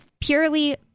purely